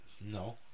No